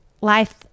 life